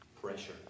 pressure